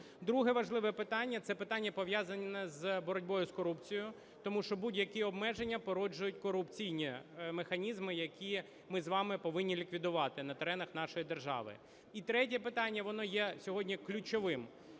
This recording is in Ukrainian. Друге важливе питання – це питання, пов'язане з боротьбою з корупцією. Тому що будь-які обмеження породжують корупційні механізми, які ми з вами повинні ліквідувати на теренах нашої держави. І третє питання, воно є сьогодні ключовим.